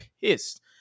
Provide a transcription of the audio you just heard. pissed